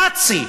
נאצי,